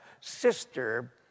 sister